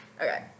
Okay